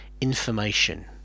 information